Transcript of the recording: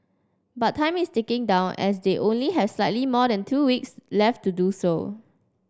but time is ticking down as they only have slightly more than two weeks left to do so